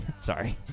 Sorry